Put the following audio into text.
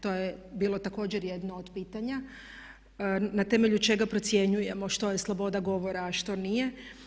To je bilo također jedno od pitanja na temelju čega procjenjujemo što je sloboda govora, što nije.